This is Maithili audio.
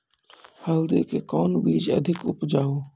हल्दी के कौन बीज अधिक उपजाऊ?